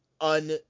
un-